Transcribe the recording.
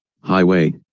highway